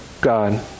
God